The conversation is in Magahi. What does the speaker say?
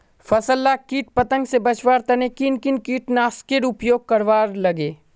फसल लाक किट पतंग से बचवार तने किन किन कीटनाशकेर उपयोग करवार लगे?